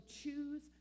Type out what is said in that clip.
choose